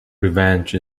revenge